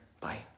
Bye